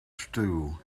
stew